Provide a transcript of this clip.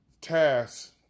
tasks